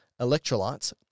electrolytes